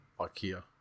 Ikea